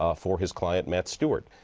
ah for his client matt stewart,